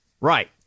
Right